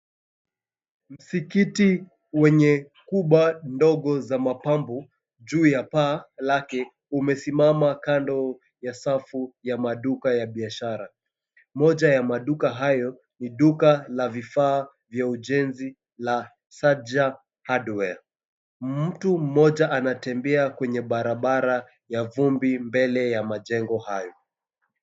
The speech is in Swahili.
Msikiti wenye kuba ndogo za mapambo juu ya paa lake, umesimama kando ya safu ya maduka ya biashara. Moja ya maduka hayo ni duka la vifaa vya ujenzi na Saja Hardware. Mtu mmoja anatembea kwenye barabara ya vumbi mbele ya majengo hayo.